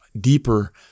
deeper